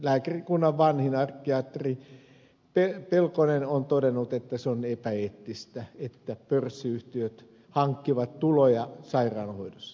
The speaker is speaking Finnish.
lääkärikunnan vanhin arkkiatri pelkonen on todennut että se on epäeettistä että pörssiyhtiöt hankkivat tuloja sairaanhoidossa